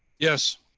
yes,